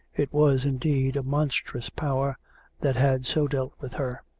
it was, indeed, a monstrous power that had so dealt with her.